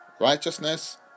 Righteousness